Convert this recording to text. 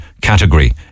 category